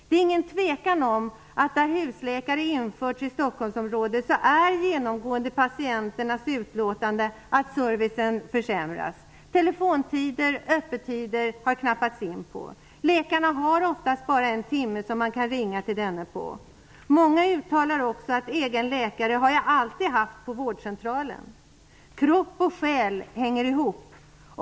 Det råder inget tvivel om att i de områden i Stockholmsområdet där husläkare införts är patienternas utlåtande genomgående att servicen försämras. Telefontider och öppettider har det knappats in på. Läkarna har oftast bara en timme till förfogande för patienternas samtal. Många uttalar också: Egen läkare har jag alltid haft på vårdcentralen. Kropp och själ hänger ihop.